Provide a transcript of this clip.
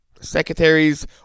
Secretaries